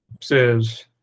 says